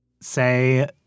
Say